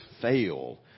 fail